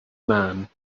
man